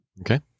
Okay